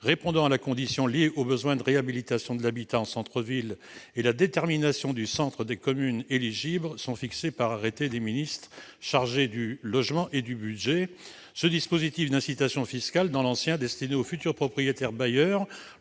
répondant à la condition liée au besoin de réhabilitation de l'habitat en centre-ville et la détermination du centre des communes éligibles, sont fixées par arrêté des ministres chargés du logement et du budget ». Ce dispositif d'incitation fiscale dans l'ancien destiné aux futurs propriétaires bailleurs